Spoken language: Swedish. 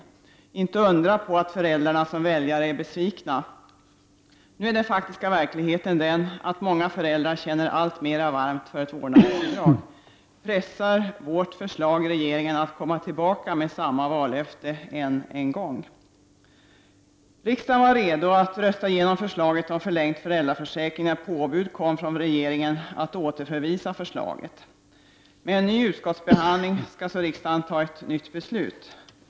Det är inte att undra på att föräldrarna som väljare är besvikna. Nu är den faktiska verkligheten den att många föräldrar känner alltmera varmt för ett vårdnadsbidrag. Pressar vårt förslag regeringen att komma tillbaka med samma vallöfte ännu en gång? Riksdagen var redo att rösta igenom förslaget om en förlängd föräldraförsäkring när påbudet från regeringen kom om att förslaget skulle återförvisas. Efter en ny utskottsbehandling skall så riksdagen på nytt fatta beslut.